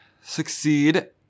succeed